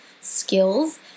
skills